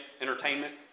entertainment